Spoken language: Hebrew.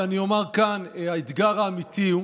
ואני אומר כאן, האתגר האמיתי הוא